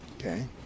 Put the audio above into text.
Okay